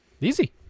easy